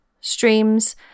streams